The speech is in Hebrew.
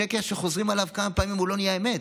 שקר שחוזרים עליו כמה פעמים לא נהיה אמת,